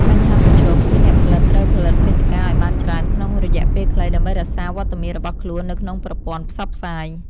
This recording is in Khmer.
បញ្ហាប្រឈមគឺអ្នកផលិតត្រូវផលិតមាតិកាឱ្យបានច្រើនក្នុងរយៈពេលខ្លី ដើម្បីរក្សាវត្តមានរបស់ខ្លួននៅក្នុងប្រព័ន្ធផ្សព្វផ្សាយ។